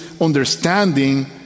understanding